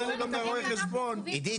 לא רואי חשבון.